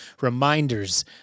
reminders